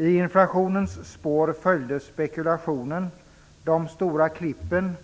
I inflationens spår följde spekulationen, de stora klippen,